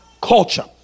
culture